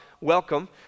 welcome